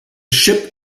ship